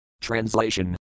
Translation